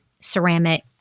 ceramic